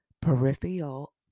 peripheral